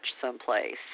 someplace